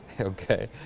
Okay